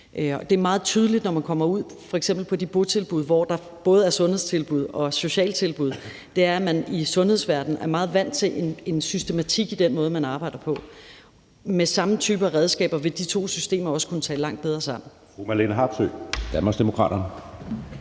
der er meget tydeligt, når man kommer ud på f.eks. de botilbud, hvor der både er sundhedstilbud og sociale tilbud, er, at man i sundhedsverdenen er meget vant til en systematik i den måde, man arbejder på. Med samme type redskaber vil de to systemer også kunne tale langt bedre sammen.